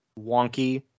wonky